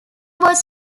was